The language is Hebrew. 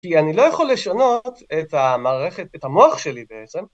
כי אני לא יכול לשנות את המערכת, את המוח שלי בעצם.